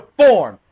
form